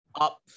up